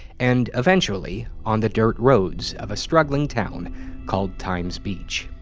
and, eventually, on the dirt roads of a struggling town called times beach.